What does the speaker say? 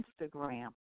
Instagram